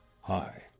Hi